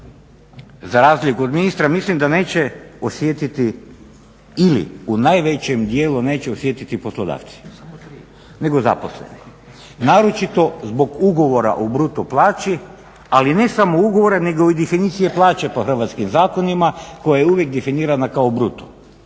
za razliku od ministra mislim da neće osjetiti ili u najvećem dijelu neće osjetiti poslodavci nego zaposleni naročito zbog ugovora o bruto plaći, ali ne samo ugovora nego i definicije plaće po hrvatskim zakonima koja je uvijek definirana kao bruto.